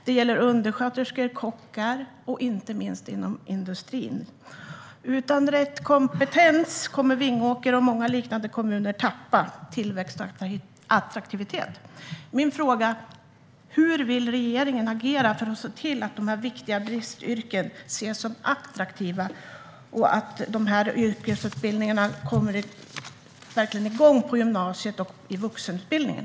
Det gäller undersköterskor, kockar och industriarbetare. Utan rätt kompetens kommer Vingåker och många liknande kommuner att tappa tillväxttakt och attraktivitet. Hur vill regeringen agera för att se till att dessa viktiga bristyrken ses som attraktiva och för att yrkesutbildningarna kommer igång ordentligt på gymnasiet och i vuxenutbildningen?